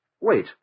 Wait